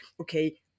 okay